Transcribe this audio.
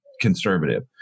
conservative